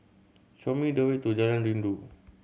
show me the way to Jalan Rindu